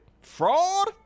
fraud